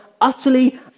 utterly